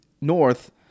North